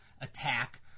attack